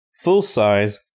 full-size